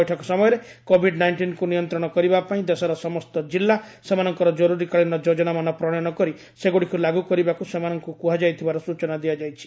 ବୈଠକ ସମୟରେ କୋଭିଡ ନାଇଷ୍ଟିନ୍କୁ ନିୟନ୍ତ୍ରଣ କରିବା ପାଇଁ ଦେଶର ସମସ୍ତ ଜିଲ୍ଲା ସେମାନଙ୍କର କରୁରୀକାଳୀନ ଯୋଜନାମାନ ପ୍ରଣୟନ କରି ସେଗୁଡ଼ିକୁ ଲାଗୁ କରିବାକୁ ସେମାନଙ୍କୁ କୁହାଯାଇଥିବାର ସୂଚନା ଦିଆଯାଇଛି